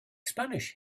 spanish